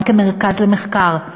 גם כמרכז למחקר,